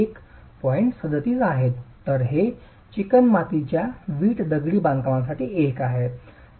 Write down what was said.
37 आहे तर ते चिकणमातीच्या वीट दगडी बांधकामांसाठी 1 आहे